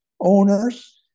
owners